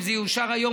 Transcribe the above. אם זה יאושר היום,